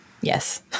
Yes